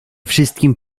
wszystkim